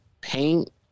paint